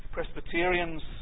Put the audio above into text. Presbyterians